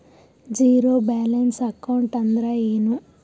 Zero balance account ಅಂದ್ರ ಏನು?